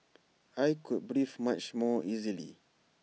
I could breathe much more easily